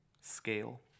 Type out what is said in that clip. scale